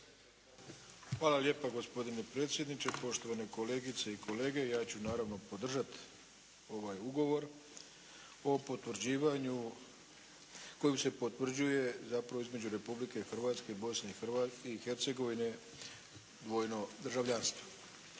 Hvala lijepo. Gospodine predsjedniče, poštovane kolegice i kolege. Ja ću naravno podržati ovaj ugovor o potvrđivanju, kojim se potvrđuje zapravo između Republike Hrvatske i Bosne i Hercegovine dvojno državljanstvo.